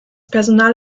personal